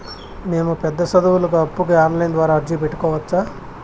మేము పెద్ద సదువులకు అప్పుకి ఆన్లైన్ ద్వారా అర్జీ పెట్టుకోవచ్చా?